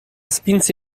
spinse